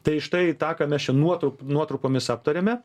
tai štai tą ką mes čia nuotru nuotrupomis aptarėme